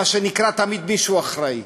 מה שנקרא, תמיד מישהו אחראי.